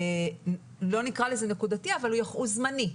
לא נקרא לו נקודתי אבל הוא זמני.